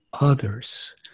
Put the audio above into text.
others